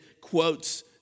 quotes